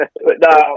no